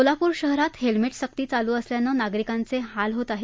सोलापूर शहरात हेल्मेट सक्ती चालू असल्यानं नागरिकांचे हाल होत आहेत